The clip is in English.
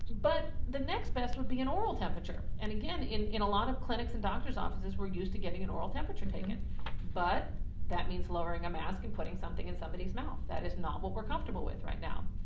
but the next best would be an oral temperature and again in in a lot of clinics and doctor's offices we're used to getting an oral temperature taken but that means lowering a mask and putting something in somebody's mouth, that is not what we're comfortable with right now.